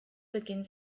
beginn